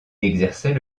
exerçait